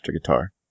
guitar